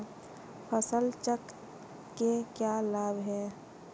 फसल चक्र के क्या लाभ हैं?